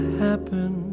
happen